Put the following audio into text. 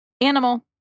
Animal